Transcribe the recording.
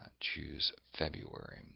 choose february,